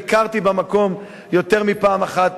ביקרתי במקום יותר מפעם אחת,